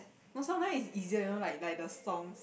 also now is easier you know like like the song